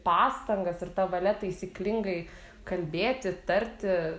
pastangas ir ta valia taisyklingai kalbėti tarti